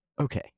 Okay